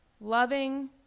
Loving